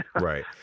Right